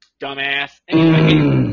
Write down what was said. Dumbass